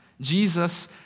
Jesus